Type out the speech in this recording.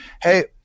Hey